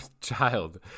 child